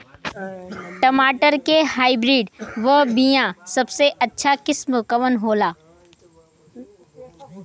टमाटर के हाइब्रिड क बीया सबसे अच्छा किस्म कवन होला?